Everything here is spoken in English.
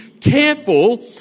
careful